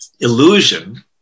illusion